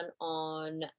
on